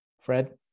Fred